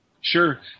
Sure